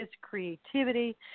creativity